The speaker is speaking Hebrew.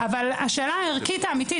בעברית,